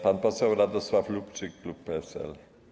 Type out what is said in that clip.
Pan poseł Radosław Lubczyk, klub PSL.